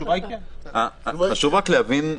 חשוב להבין.